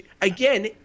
again